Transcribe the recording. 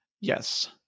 Yes